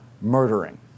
murdering